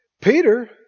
Peter